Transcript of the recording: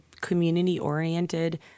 community-oriented